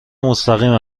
مستقیم